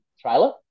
trailer